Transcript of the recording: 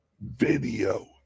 video